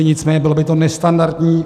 Nicméně bylo by to nestandardní.